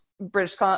British